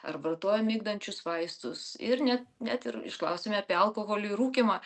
ar vartoja migdančius vaistus ir net net ir išklausiame apie alkoholį ir rūkymą